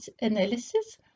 analysis